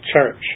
church